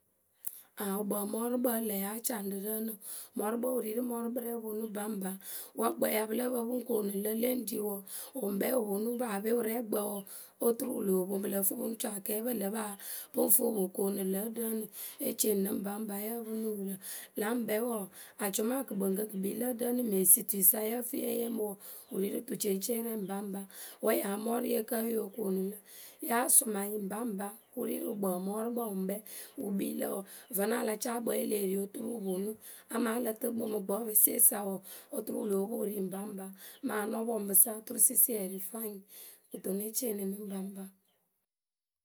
Aŋ wǝkpǝǝmɔrʊkpǝ wǝ́ ŋlǝ yáa caŋ rǝ rǝǝnɨ mɔrʊkpǝwe wǝ ri rǝ mɔrʊkpǝ rɛ wǝ ponu ŋpaŋpa wǝ́ gbǝ pǝ ya lǝ́ǝ pǝ pɨ ŋ koonu lǝ le ŋ ri wǝǝ, wǝ ŋkpɛ wǝ ponu paape wǝrɛɛkpǝ wǝǝ, oturu wǝ loo poŋ pɨ lǝ́ǝ fɨ pɨ ŋ co akɛɛpǝ wǝ́ ŋlǝ paa pɨ ŋ fɨ pɨ po koonu lǝ rǝ rǝǝnɨ ye ceeni nɨ ŋpaŋpa yǝ pɨnɨ yurǝ la ŋkpɛ wǝǝ acuma kɨkpɨŋkǝ kǝ kpii lǝ ɖǝǝnɨ mǝŋ esitui sa yǝ́ǝ fɨ ye ŋ yeemɨ wǝǝ, wǝ ri rǝ tuceeceewǝ rɛ ŋpaŋpa. Wǝ́ ŋyǝ amɔrʊye kǝ́ wǝ́ yóo koonu lǝ? yáa csʊmayǝ ŋpaŋpa wǝ ri rǝ wkpǝǝm orʊkpǝ wǝ ŋkpɛ wǝ kpii lǝ wǝ Ǝ Fǝnɨ a la caa kpǝ wǝ́ e leh ri oturu wǝ ponu amaa ǝ lǝ tɨɨ kpǝ mɨ gbɔpeseyǝ sa wǝǝ oturu wǝ lóo poŋ e ri ŋpaŋpa mɨ anɔpɔŋpǝ sa oturu sisiɛrɩ fwaiŋ. Kɨto ŋ́ ne ceeni nɨ ŋpaŋpa.